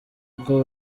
uko